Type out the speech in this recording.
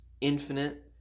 infinite